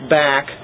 back